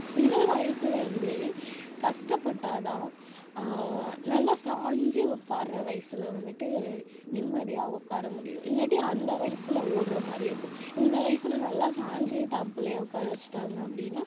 சிறு வயசுலருந்தே கஷ்டப்பட்டால் தான் நல்லா சாஞ்சு உட்கார்ற வயசில் வந்துட்டு நிம்மதியாக உட்கார முடியும் இல்லாட்டி அந்த வயசில் ஓட்டுற மாதிரி இருக்கும் இந்த வயசில் நல்லா சாஞ்சு தான் பிள்ளைய உட்கார வச்சுட்டாங்க அப்படின்னா